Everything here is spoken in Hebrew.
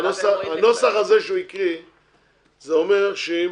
הנוסח שהוא קרא אומר שאם